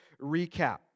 recap